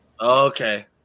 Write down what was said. Okay